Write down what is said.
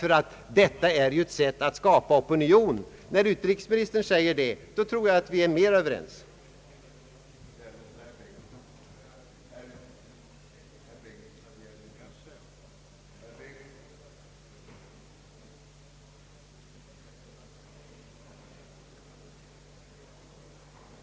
Att ta upp frågan i FN är ändå ett sätt att skapa opinion, och om utrikesministern gör ett uttalande i den riktningen tror jag att vi kommer att bli mer eniga än vi är nu,